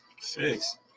Six